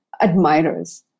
admirers